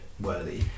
worthy